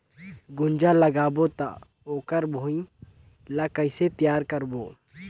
गुनजा लगाबो ता ओकर भुईं ला कइसे तियार करबो?